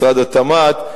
משרד התמ"ת,